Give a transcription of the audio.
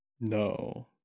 no